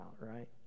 right